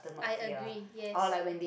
I agree yes